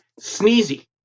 Sneezy